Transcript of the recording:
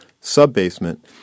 sub-basement